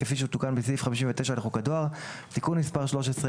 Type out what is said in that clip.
כפי שתוקן בסעיף 59 לחוק הדואר (תיקון מס' 13),